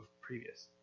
previous